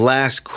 Last